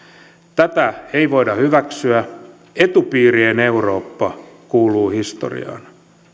tätä ei voida hyväksyä etupiirien eurooppa kuuluu historiaan